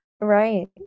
Right